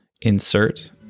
Insert